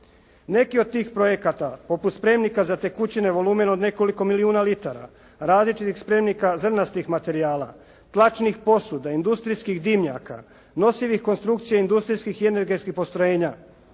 Neki od tih projekata poput spremnika za tekućine volumen od nekoliko milijuna litara, različitih spremnika zrnastih materijala, tlačnih posuda, industrijskih dimnjaka, nosivih konstrukcija industrijskih i energetskih postrojenja,